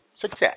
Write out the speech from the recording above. success